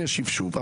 אני אשיב שוב,